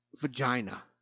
vagina